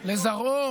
לזרעו